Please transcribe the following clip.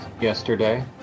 yesterday